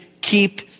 keep